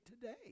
today